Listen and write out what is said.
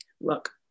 Look